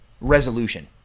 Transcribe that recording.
resolution